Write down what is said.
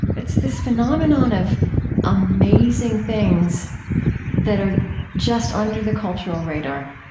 it's this phenomenon of amazing things that are just under the cultural radar.